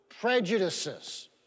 prejudices